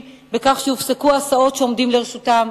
בכך שיופסקו ההסעות שעומדות לרשותם,